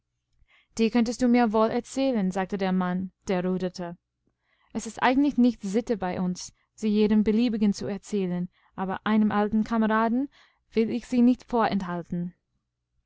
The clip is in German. die könntest du mir wohl erzählen sagte der mann der ruderte es ist eigentlich nicht sitte bei uns sie jedem beliebigen zu erzählen aber einem altenkameradenwillichsienichtvorenthalten